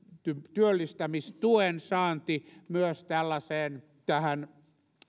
työllistämistuen saanti myös tällaiseen